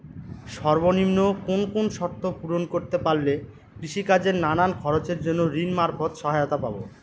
সর্বনিম্ন কোন কোন শর্ত পূরণ করতে পারলে কৃষিকাজের নানান খরচের জন্য ঋণ মারফত সহায়তা পাব?